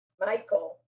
Michael